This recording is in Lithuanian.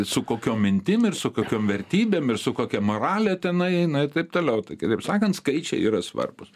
su kokiom mintim ir su kokiom vertybėm ir su kokia morale tenai na ir taip toliau tai kitaip sakant skaičiai yra svarbūs